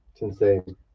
insane